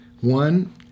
One